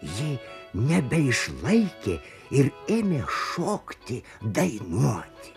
ji nebeišlaikė ir ėmė šokti dainuoti